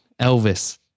Elvis